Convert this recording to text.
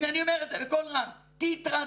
הנה, אני אומר את זה בקול רם, תתרסק.